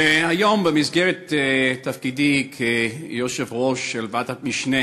היום במסגרת תפקידי כיושב-ראש של ועדת המשנה